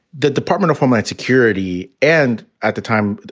the department of homeland security and at the time,